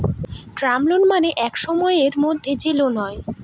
term loan মানে এক সময়ের মধ্যে যে লোন হয়